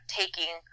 taking